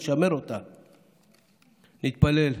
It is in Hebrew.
להתפלל,